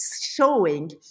showing